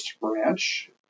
Branch